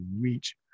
reach